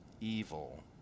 evil